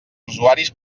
usuaris